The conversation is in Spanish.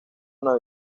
una